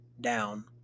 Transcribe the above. down